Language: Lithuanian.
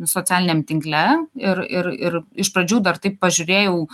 socialiniam tinkle ir ir ir iš pradžių dar taip pažiūrėjau